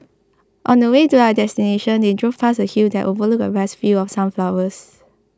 on the way to their destination they drove past a hill that overlooked vast fields of sunflowers